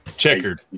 checkered